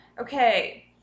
Okay